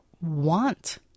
want